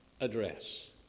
address